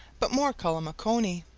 but more call him a cony,